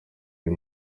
uyu